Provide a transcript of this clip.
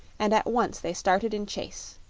and at once they started in chase.